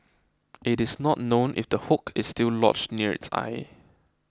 it is not known if the hook is still lodged near its eye